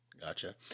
Gotcha